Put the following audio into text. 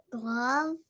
glove